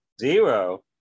Zero